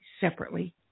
separately